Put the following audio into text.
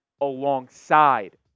alongside